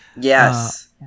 Yes